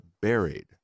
buried